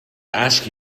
ask